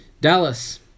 Dallas